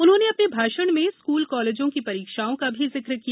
उन्होंने अपने भाषण में स्कूल कॉलेजों की परीक्षाओं का भी जिक्र किया